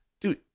Dude